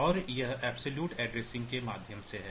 तो यह absolute addressing के माध्यम से है